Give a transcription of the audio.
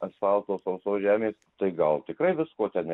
asfalto sausos žemės tai gal tikrai visko ten